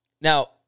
Now